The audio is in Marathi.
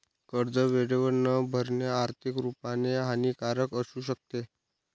कर्ज वेळेवर न भरणे, आर्थिक रुपाने हानिकारक असू शकते